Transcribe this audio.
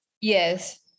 Yes